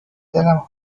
دلم